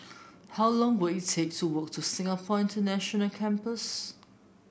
how long will it take to walk to Singapore International Campus